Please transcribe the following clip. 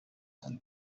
and